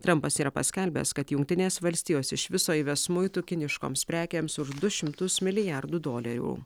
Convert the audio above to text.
trampas yra paskelbęs kad jungtinės valstijos iš viso įves muitų kiniškoms prekėms už du šimtus milijardų dolerių